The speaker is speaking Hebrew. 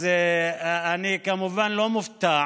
אני כמובן לא מופתע.